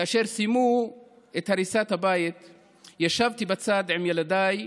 כאשר סיימו את הריסת הבית ישבתי בצד עם ילדיי,